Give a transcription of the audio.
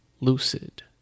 Lucid